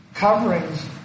Coverings